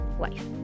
life